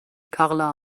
karla